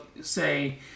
say